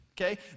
Okay